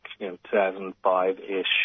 2005-ish